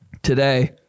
Today